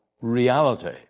reality